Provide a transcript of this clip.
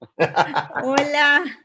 Hola